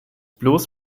bloß